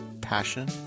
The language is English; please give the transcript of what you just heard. passion